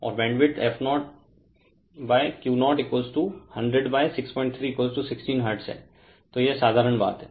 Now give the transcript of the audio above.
और bandwidth f0Q0 1006316 hertz है तो यह साधारण बात है